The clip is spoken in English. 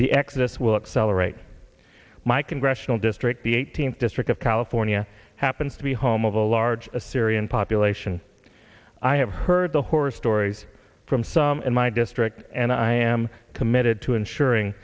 the exodus will accelerate my congressional district the eighteenth district of california happens to be home of a large a syrian population i have heard the horror stories from some in my district and i am committed to ensuring